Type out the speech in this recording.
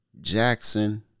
Jackson